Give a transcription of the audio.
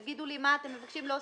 תגידו לי מה אתם מבקשים להוסיף,